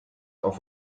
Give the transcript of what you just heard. auf